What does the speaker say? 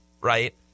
right